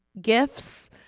gifts